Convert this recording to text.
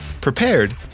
prepared